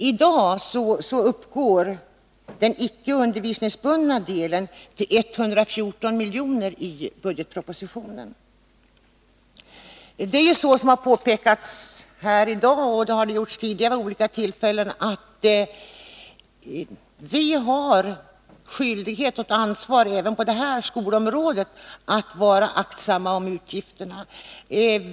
I dag uppgår den icke undervisningsbundna delen till 114 milj.kr. i budgetpropositionen. Såsom har påpekats här i dag och även tidigare vid olika tillfällen har vi även på skolområdet skyldighet att vara aktsamma om utgifterna.